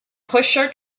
pusher